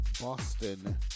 Boston